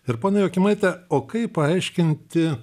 ir ponia jokimaite o kaip paaiškinti